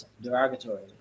derogatory